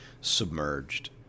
submerged